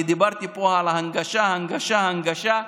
אני דיברתי פה על הנגשה, הנגשה, הנגשה.